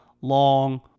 long